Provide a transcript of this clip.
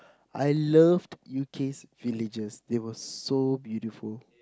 I loved Youcase villagers they were so beautiful